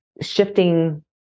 shifting